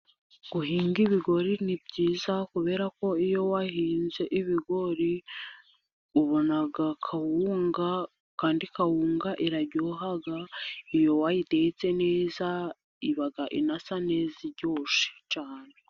Guhinga ibigori ni byiza kuberako iyo wahinze ibigori ubona kawunga, kandi kawunga iraryoha iyo wayitetse neza iba inasa neza iryoshye cyane.